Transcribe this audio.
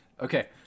Okay